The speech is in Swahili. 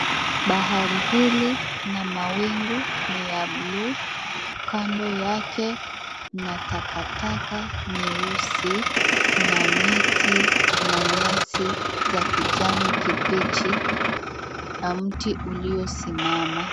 Bahari hili na mawingu ni ya blue . Kando yake mna takataka nyeusi na miti na nyasi za kijani kibichi na mti uliosimama.